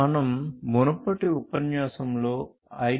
మనం మునుపటి ఉపన్యాసంలో IEEE 802